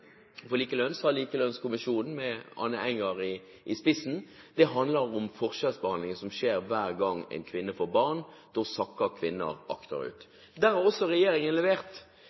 for likelønn, sa Likelønnskommisjonen, med Anne Enger i spissen, handler om den forskjellsbehandling som skjer hver gang en kvinne får barn. Da sakker kvinner akterut. Der har også regjeringen levert.